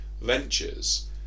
ventures